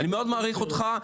אם זה משתתף שהוא לא חבר כנסת,